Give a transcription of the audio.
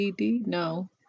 No